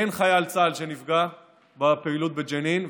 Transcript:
אין חייל צה"ל שנפגע בפעילות בג'נין,